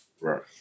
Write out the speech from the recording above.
Right